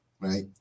right